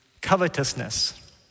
covetousness